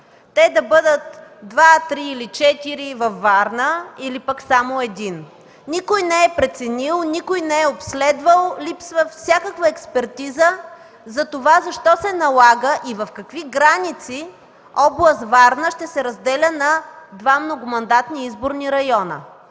те да бъдат два, три или четири във Варна или пък само един. Никой не е преценил, никой не е обследвал, липсва всякаква експертиза затова защо се налага и в какви граници област Варна ще се разделя на два многомандатни изборни района.